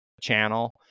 channel